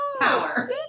power